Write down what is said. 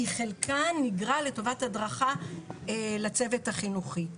כי חלקן נגרע לטובת הדרכה לצוות החינוכי.